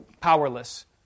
powerless